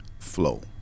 flow